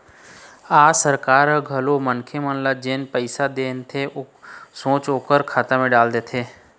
आज सरकार ह घलोक मनखे मन ल जेन पइसा देथे तेन ल सोझ ओखर खाता म डालत हे